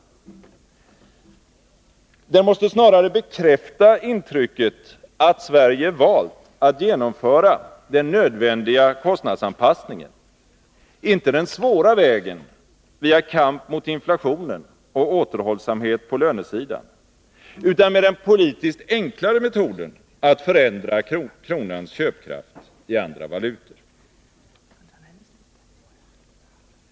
Den Nr 52 måste snarare bekräfta intrycket att Sverige valt att genomföra den Torsdagen den nödvändiga kostnadsanpassningen, inte den svåra vägen via kamp mot 16 december 1982 inflationen och återhållsamhet på lönesidan, utan med den politiskt enklare metoden att förändra kronans köpkraft i andra valutor.